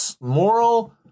moral